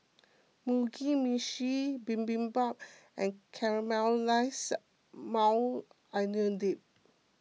Mugi Meshi Bibimbap and Caramelized Maui Onion Dip